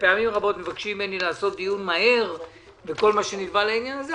מבקשים ממני לעשות דיון מהיר וכל מה שנלווה לעניין הזה.